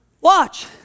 Watch